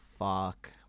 Fuck